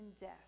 death